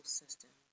system